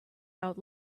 out